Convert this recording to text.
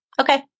okay